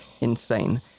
insane